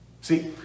See